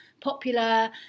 popular